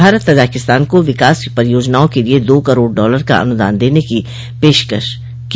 Bharat Tajikistan को विकास परियोजनाओं के लिए दो करोड़ डॉलर का अनुदान देने की पेशकश को